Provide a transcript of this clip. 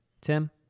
Tim